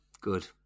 Good